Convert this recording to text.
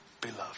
beloved